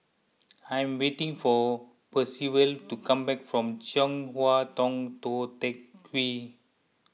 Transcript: I'm waiting for Percival to come back from Chong Hua Tong Tou Teck Hwee